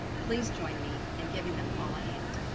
please join me in giving them all a hand.